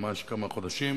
ממש כמה חודשים,